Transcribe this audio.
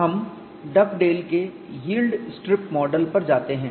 हम डगडेल के yield strip model पर जाते हैं